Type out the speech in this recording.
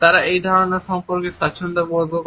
তারা এই ধারণা সম্পর্কে স্বাচ্ছন্দ্য বোধ করে